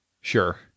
Sure